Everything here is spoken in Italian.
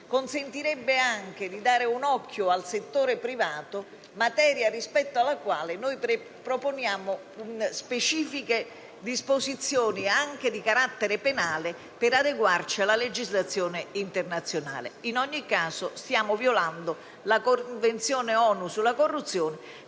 consentirebbe anche di dare un occhio al settore privato, materia rispetto alla quale noi proponiamo specifiche disposizioni anche di carattere penale per adeguarci alla legislazione internazionale. In ogni caso, stiamo violando la Convenzione ONU sulla corruzione.